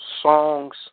songs